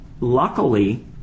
luckily